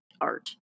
art